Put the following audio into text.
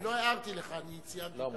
לא הערתי לך, אני ציינתי את העובדה.